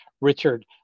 Richard